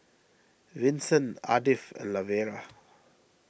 Vinson Ardith and Lavera